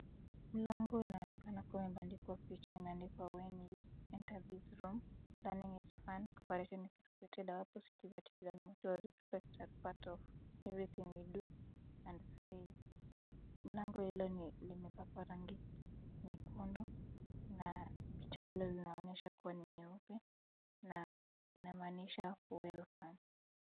Mlango inaonekana kuandikwa picha imeandikwa when you enter this room, learning is fun, cooperation is expected, a positive attitude and mutual respect are part of everything we do and say . Mlango ilo limepakwa rangi nyekundu na picha hilo linaonyesha kuwa ni nyeupe na inamaanisha welcome .